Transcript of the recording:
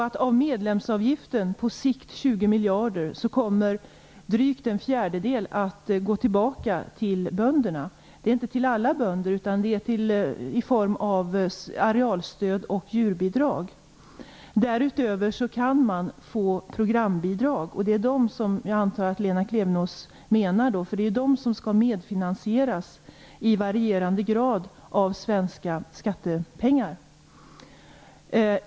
Av medlemsavgiften, på sikt 20 miljarder, kommer drygt en fjärdedel att gå tillbaka till bönderna. Det gäller inte alla bönder, utan bara dem som får del av arealstöd och djurbidrag. Därutöver kan man få programbidrag. Jag antar att det är dessa bidrag som Lena Klevenås menar, eftersom det är de som i varierande grad skall medfinansieras av svenska skattepengar.